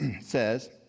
says